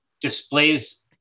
Displays